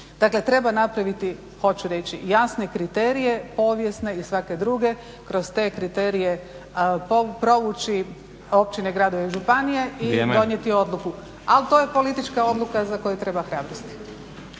treba napraviti hoću reći jasne kriterije, povijesne i svake druge. Kroz te kriterije provući općine, gradove i županije i donijeti odluku. Ali to je politička odluka za koju treba hrabrosti.